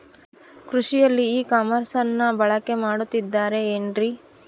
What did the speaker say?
ಕೃಷಿಯಲ್ಲಿ ಇ ಕಾಮರ್ಸನ್ನ ಬಳಕೆ ಮಾಡುತ್ತಿದ್ದಾರೆ ಏನ್ರಿ?